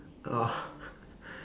oh